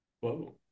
Whoa